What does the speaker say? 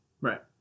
right